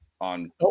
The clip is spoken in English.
on